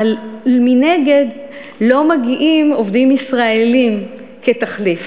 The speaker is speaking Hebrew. אבל מנגד לא מגיעים עובדים ישראלים כתחליף.